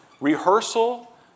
rehearsal